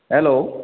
hello